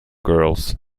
girls